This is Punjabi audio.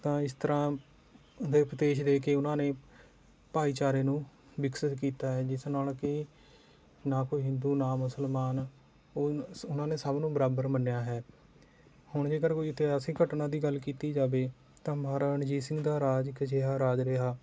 ਤਾਂ ਇਸ ਤਰ੍ਹਾਂ ਦੇ ਉਪਦੇਸ਼ ਦੇ ਕੇ ਉਹਨਾਂ ਨੇ ਭਾਈਚਾਰੇ ਨੂੰ ਵਿਕਸਤ ਕੀਤਾ ਹੈ ਜਿਸ ਨਾਲ ਕਿ ਨਾ ਕੋਈ ਹਿੰਦੂ ਨਾ ਮੁਸਲਮਾਨ ਉਨ ਉਹਨਾਂ ਨੇ ਸਭ ਨੂੰ ਬਰਾਬਰ ਮੰਨਿਆ ਹੈ ਹੁਣ ਜੇਕਰ ਕੋਈ ਇਤਿਹਾਸਕ ਘਟਨਾ ਦੀ ਗੱਲ ਕੀਤੀ ਜਾਵੇ ਤਾਂ ਮਹਾਰਾਜਾ ਰਣਜੀਤ ਸਿੰਘ ਦਾ ਰਾਜ ਇੱਕ ਅਜਿਹਾ ਰਾਜ ਰਿਹਾ